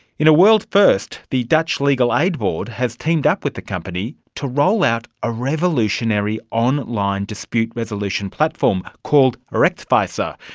in a world first, the dutch legal aid board has teamed up with the company to roll out a revolutionary online dispute resolution platform called ah rechtwijzer,